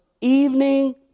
evening